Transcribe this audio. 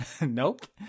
Nope